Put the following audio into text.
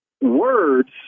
words